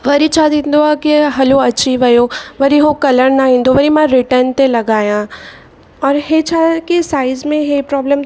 वरी छा थींदो आहे की हलो अची वियो वरी उहो कलर न ईंदो वरी मां रिटर्न ते लॻायां औरि इहो छा आहे की साइज़ में इहा प्रॉब्लम